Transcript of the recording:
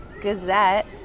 Gazette